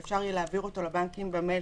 שאפשר יהיה להעביר אותו לבנקים במייל,